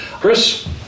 Chris